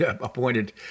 appointed